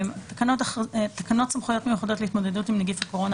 תקנות סמכויות מיוחדות להתמודדות עם נגיף הקורונה